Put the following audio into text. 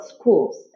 schools